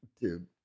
dude